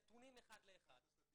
נתונים אחד לאחד.